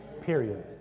Period